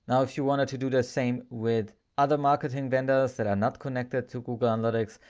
ah if you wanted to do the same with other marketing vendors that are not connected to google analytics,